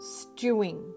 Stewing